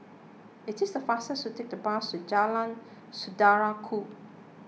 it is the faster to take the bus to Jalan Saudara Ku